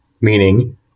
meaning